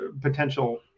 potential